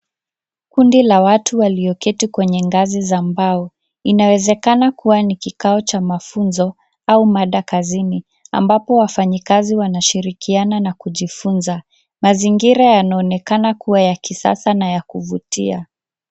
Kundi la watu walioketi kwenye ngazi za mbao. Inawezekana kuwa ni kikao cha mafunzo, au mada kazini ambapo wafanyikazi wanashirikiana na kujifunza. Mazingira yanaonekana kuwa ya kisasa na ya kuvutia.